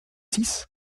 six